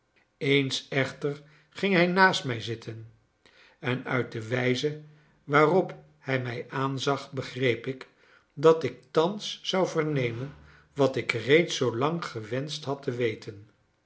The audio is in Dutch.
eens echter ging hij naast mij zitten en uit de wijze waarop hij mij aanzag begreep ik dat ik thans zou vernemen wat ik reeds zoo lang gewenscht had te weten